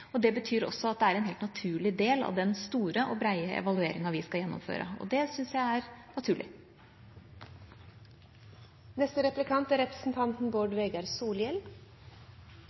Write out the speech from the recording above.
Afghanistan. Det betyr også at det er en helt naturlig del av den store og breie evalueringa vi skal gjennomføre. Det syns jeg er naturlig. Det er